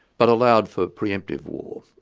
but allowed for pre-emptive war,